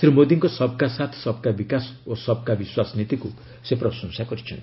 ଶ୍ରୀ ମୋଦୀଙ୍କ ସବ୍କା ସାଥ୍ସବ୍କା ବିକାଶ ଓ ସବ୍ କା ବିଶ୍ୱାସ ନୀତିକୁ ସେ ପ୍ରଶଂସା କରିଛନ୍ତି